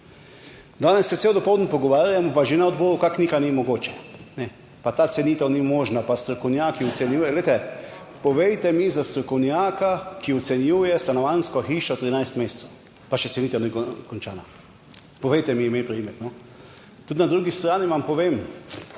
Danes se cel dopoldan pogovarjamo, pa že na odboru, kako nekaj ni mogoče pa ta cenitev ni možna, pa strokovnjaki ocenjujejo. Glejte, povejte mi za strokovnjaka, ki ocenjuje stanovanjsko hišo, 13 mesecev, pa še cenitev ni končana? Povejte mi ime, priimek! Tudi na drugi strani, vam povem,